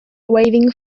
waving